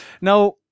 now